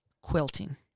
Quilting